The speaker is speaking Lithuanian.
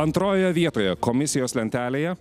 antroje vietoje komisijos lentelėje